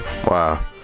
Wow